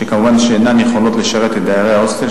שכמובן אינן יכולות לשרת את דיירי ההוסטל,